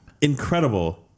incredible